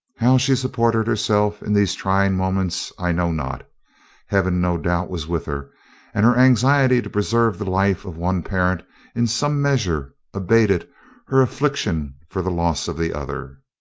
how she supported herself in these trying moments, i know not heaven, no doubt, was with her and her anxiety to preserve the life of one parent in some measure abated her affliction for the loss of the other.